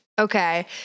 Okay